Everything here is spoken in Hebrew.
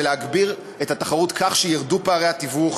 ולהגביר את התחרות כך שירדו פערי התיווך